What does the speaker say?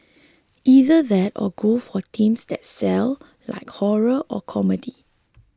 either that or go for teams that sell like horror or comedy